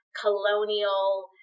colonial